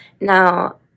Now